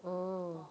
ah